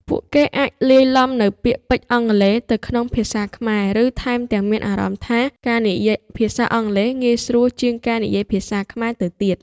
ពួកគេអាចលាយឡំនូវពាក្យពេចន៍អង់គ្លេសទៅក្នុងភាសាខ្មែរ ឬថែមទាំងមានអារម្មណ៍ថាការនិយាយភាសាអង់គ្លេសងាយស្រួលជាងការនិយាយភាសាខ្មែរទៅទៀត។